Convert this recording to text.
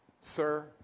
Sir